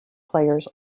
players